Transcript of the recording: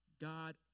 God